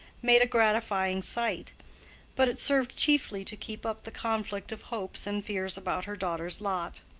made a gratifying sight but it served chiefly to keep up the conflict of hopes and fears about her daughter's lot.